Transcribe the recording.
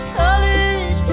colors